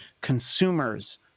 consumers